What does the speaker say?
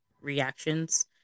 reactions